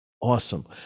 awesome